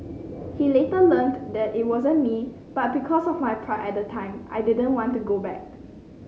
he later learned that it wasn't me but because of my pride at the time I didn't want to go back